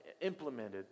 implemented